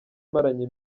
maranye